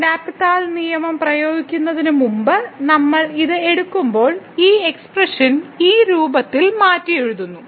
L hospital നിയമം പ്രയോഗിക്കുന്നതിന് മുമ്പ് നമ്മൾ ഇത് എടുക്കുമ്പോൾ ഈ എക്സ്പ്രഷൻ ഈ രൂപത്തിൽ മാറ്റിയെഴുതുന്നു